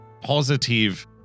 positive